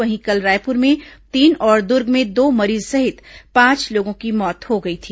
वहीं कल रायपुर में तीन और दूर्ग में दो मरीज सहित पांच लोगों की मौत हो गई थी